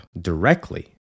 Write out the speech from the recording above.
directly